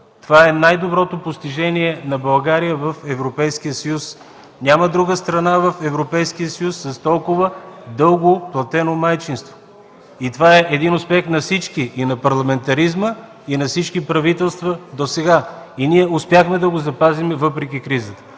Това е най-доброто постижение на България в Европейския съюз. Няма друга страна в Европейския съюз с толкова дълго платено майчинство. Това е един успех на всички – и на парламентаризма, и на всички правителства досега. Ние успяхме да го запазим въпреки кризата.